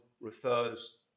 refers